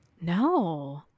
No